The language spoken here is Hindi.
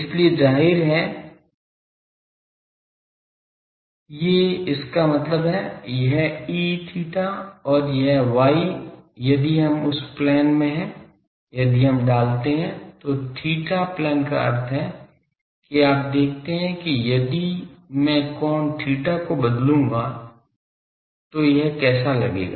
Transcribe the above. इसलिए जाहिर है ये इसका मतलब है यह Eθ और यह y यदि हम उस प्लेन में हैं यदि हम डालते हैं तो theta plane का अर्थ है कि आप देखते हैं कि यदि मैं कोण theta को बदलता हूं तो यह कैसा लगेगा